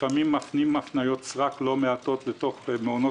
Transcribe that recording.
יש לפעמים הפניות סרק לא מעטות של ילדים לתוך מעונות